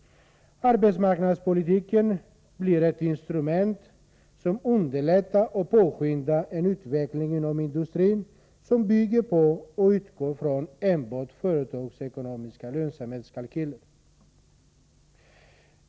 Arbetsmarknadspolitiken blir ett instrument som underlättar och påskyndar en utveckling inom industrin som bygger på och utgår från enbart företagsekonomiska lönsamhetskalkyler.